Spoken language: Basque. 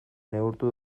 neurtu